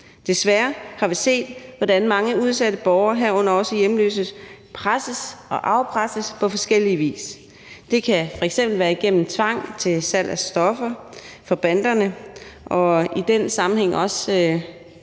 Desværre har vi set, hvordan mange udsatte borgere, herunder hjemløse, presses og afpresses på forskellig vis. Det kan f.eks. være igennem tvang fra banderne til salg af stoffer og i den sammenhæng også